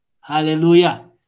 Hallelujah